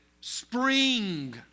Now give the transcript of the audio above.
spring